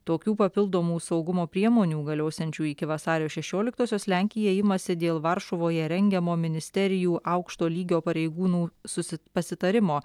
tokių papildomų saugumo priemonių galiosiančių iki vasario šešioliktosios lenkija imasi dėl varšuvoje rengiamo ministerijų aukšto lygio pareigūnų susi pasitarimo